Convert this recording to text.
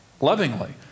Lovingly